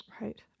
right